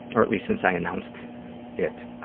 or at least since i announced it